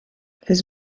his